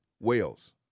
Wales